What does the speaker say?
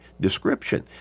description